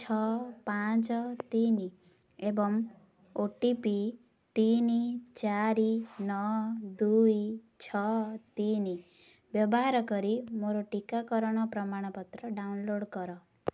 ଛଅ ପାଞ୍ଚ ତିନି ଏବଂ ଓ ଟି ପି ତିନି ଚାରି ନଅ ଦୁଇ ଛଅ ତିନି ବ୍ୟବହାର କରି ମୋର ଟିକାକରଣ ପ୍ରମାଣପତ୍ର ଡାଉନଲୋଡ଼୍ କର